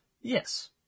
Yes